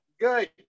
good